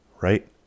right